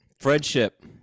friendship